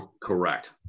Correct